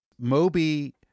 Moby